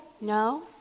No